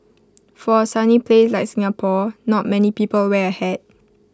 for A sunny place like Singapore not many people wear A hat